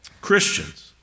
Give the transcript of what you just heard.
Christians